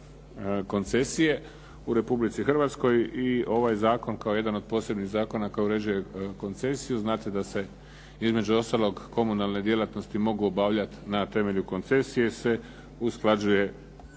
koncesije u Republici Hrvatskoj i ovaj zakon kao jedan od posebnih zakona koji uređuje koncesiju znate da se između ostalog komunalne djelatnosti mogu obavljati na temelju koncesije se usklađuje